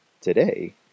today